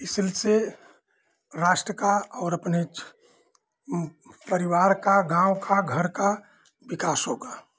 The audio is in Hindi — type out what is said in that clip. इससे राष्ट्र का और अपने परिवार का गाँव का घर का विकास होगा